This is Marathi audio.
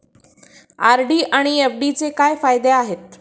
आर.डी आणि एफ.डीचे काय फायदे आहेत?